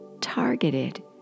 targeted